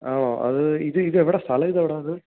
അണോ അത് ഇത് ഇത് എവിടെ സ്ഥലം ഇത് എവിടാ ഇത്